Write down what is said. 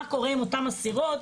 מה קורה עם אותם סוהרות,